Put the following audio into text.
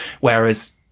Whereas